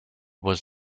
was